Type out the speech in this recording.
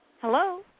Hello